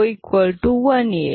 1001 येईल